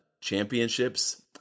championships